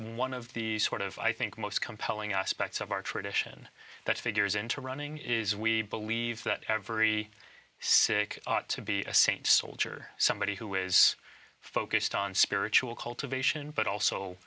one of the sort of i think most compelling aspects of our tradition that figures into running is we believe that every sick ought to be a saint soldier somebody who is focused on spiritual cultivation but also